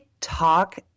talk